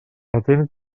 atén